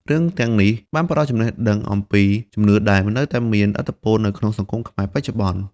រឿងទាំងនេះបានផ្តល់ចំណេះដឹងអំពីជំនឿដែលនៅតែមានឥទ្ធិពលនៅក្នុងសង្គមខ្មែរបច្ចុប្បន្ន។